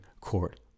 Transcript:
Court